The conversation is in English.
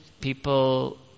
people